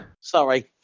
Sorry